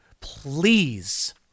Please